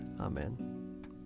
Amen